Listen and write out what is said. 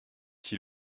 qui